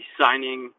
signing